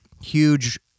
huge